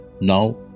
Now